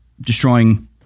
destroying